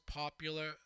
popular